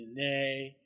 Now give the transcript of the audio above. DNA